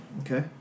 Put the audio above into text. Okay